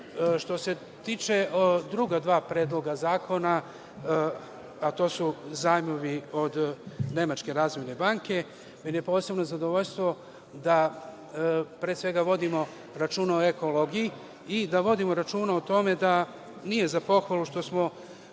se tiče druga dva predloga zakona, a to su zajmovi od Nemačke razvojne banke, meni je posebno zadovoljstvo da pre svega vodimo računa o ekologiji i da vodimo računa o tome da nije za pohvalu što smo